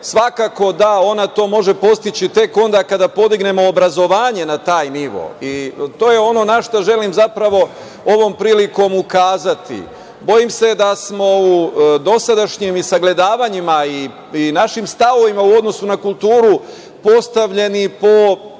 Svakako da ona to može postići tek onda kada podignemo obrazovanje na taj nivo i to je ono na šta želim zapravo ovom prilikom ukazati. Bojim se da smo dosadašnjim sagledavanjima i našim stavovima u odnosu na kulturu postavljeni po